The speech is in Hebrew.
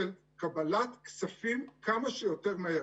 של קבלת כספים כמה שיותר מהר.